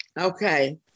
Okay